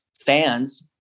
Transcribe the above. fans